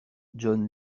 john